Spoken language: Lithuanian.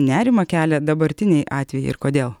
nerimą kelia dabartiniai atvejai ir kodėl